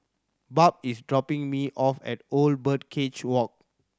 Barb is dropping me off at Old Birdcage Walk